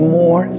more